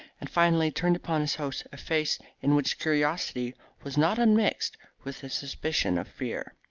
and finally turned upon his host a face in which curiosity was not un-mixed with a suspicion of fear.